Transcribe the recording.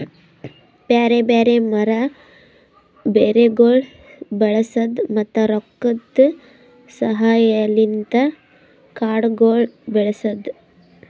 ಬ್ಯಾರೆ ಬ್ಯಾರೆ ಮರ, ಬೇರಗೊಳ್ ಬಳಸದ್, ಮತ್ತ ರೊಕ್ಕದ ಸಹಾಯಲಿಂತ್ ಕಾಡಗೊಳ್ ಬೆಳಸದ್